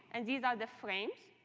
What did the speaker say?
and these are the frames.